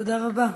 תודה רבה.